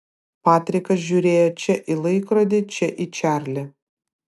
patrikas žiūrėjo čia į laikrodį čia į čarlį